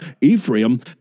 Ephraim